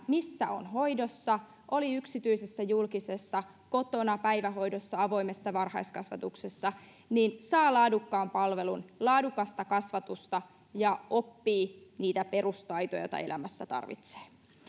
missä on hoidossa oli yksityisessä julkisessa kotona päivähoidossa avoimessa varhaiskasvatuksessa saa laadukkaan palvelun laadukasta kasvatusta ja oppii niitä perustaitoja joita elämässä tarvitsee